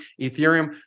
ethereum